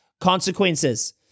consequences